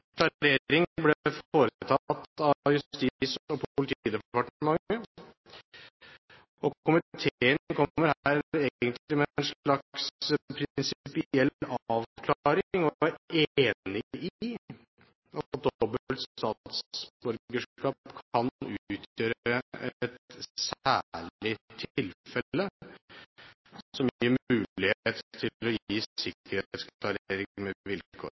Klarering ble foretatt av Justis- og politidepartementet. Komiteen kommer her egentlig med en slags prinsipiell avklaring og er enig i at dobbelt statsborgerskap kan utgjøre et «særlig tilfelle» som gir mulighet til å gi sikkerhetsklarering med vilkår.